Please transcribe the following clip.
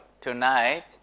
tonight